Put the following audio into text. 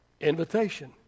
invitation